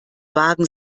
wagen